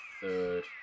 third